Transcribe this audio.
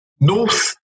north